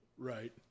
right